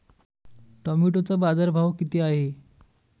टोमॅटोचा बाजारभाव किती आहे?